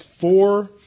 four